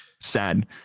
Sad